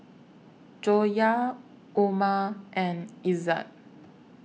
Joyah Umar and Izzat